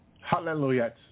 Hallelujah